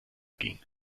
ging